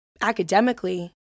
academically